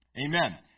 Amen